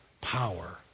power